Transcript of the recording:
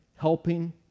helping